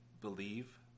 believe